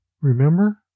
remember